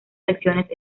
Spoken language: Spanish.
secciones